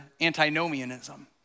antinomianism